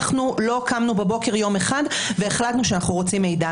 אנחנו לא קמנו בוקר אחד והחלטנו שאנחנו רוצים מידע.